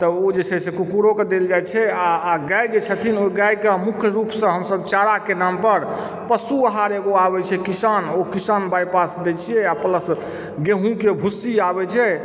तऽ ओ जे छै से कुक्कूर ओ के देल जाइ छै आ गाय जे छथिन ओ गाय के मुख्यरूप सऽ हमसभ चारा के नाम पर पशु आहार एगो आबै छै किसान ओ किसान बाइपास दै छियै आ प्लस गेहूँके भुस्सी आबै छै